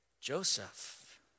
Joseph